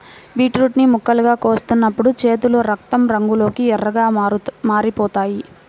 beetroot ని ముక్కలుగా కోస్తున్నప్పుడు చేతులు రక్తం రంగులోకి ఎర్రగా మారిపోతాయి